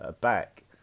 back